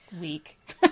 week